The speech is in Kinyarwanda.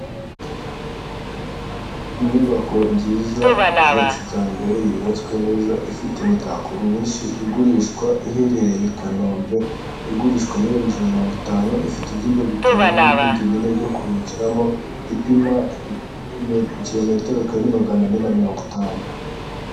Inyubako nziza ya kijyambere yubatswe neza ifite imitako myinshi igurishwa, iherereye i Kanombe, igurishwa miliyoni mirongo itanu ifite ibyumba bitanu n'ibindi bine byo kuruhukiramo, ipima kilometero kari magana ane na mirongo itanu.